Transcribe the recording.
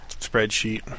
spreadsheet